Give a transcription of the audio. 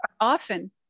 often